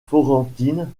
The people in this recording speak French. florentine